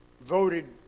voted